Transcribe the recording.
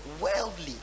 worldly